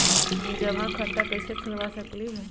हम जमा खाता कइसे खुलवा सकली ह?